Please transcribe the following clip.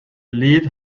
lead